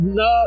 no